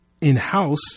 in-house